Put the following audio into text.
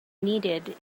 needed